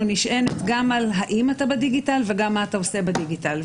נשענת גם על האם אתה בדיגיטל וגם מה אתה עושה בדיגיטל.